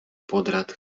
podrad